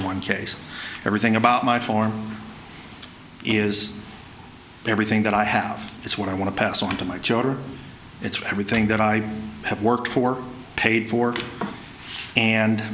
one case everything about my form is everything that i have that's what i want to pass on to my children it's everything that i have worked for paid for and